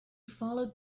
followed